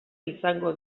izango